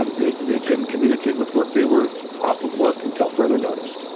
ah they they couldn't communicate with work. they were off of work until further notice.